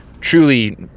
truly